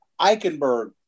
Eichenberg